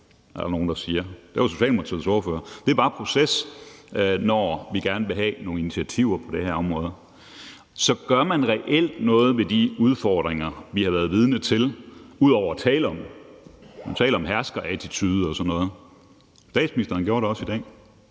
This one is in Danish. ordfører, når vi gerne vil have nogle initiativer på det her område. Så gør man reelt noget ved de udfordringer, vi har været vidne til, ud over at tale om dem? Man taler om herskerattitude og sådan noget, og statsministeren gjorde det også i dag.